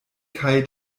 kaj